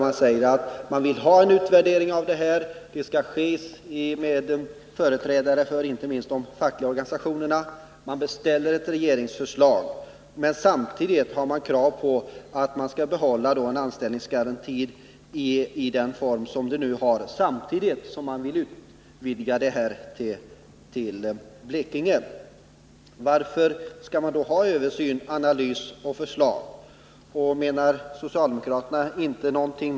Man säger att man vill ha en utvärdering med företrädare för inte minst de fackliga organisationerna samt beställer ett regeringsförslag. Men samtidigt har man krav på att behålla den nuvarande anställningsgarantin och utvidga den till att gälla också Blekinge. Varför skall man då ha en översyn med analys och förslag? Menar socialdemokraterna inte någonting med det?